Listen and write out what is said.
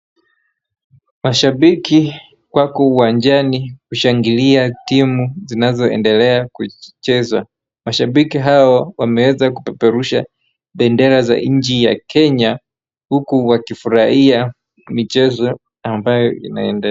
Mashabiki wako uwanjani kushangilia timu zinazoendelea kuchezwa. Mashabiki hao wameweza kupeperusha bendera za nchi ya Kenya huku wakifurahia michezo ambayo inaende.